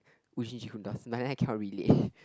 Wu Jin Ji Hoon dolls but then I cannot relate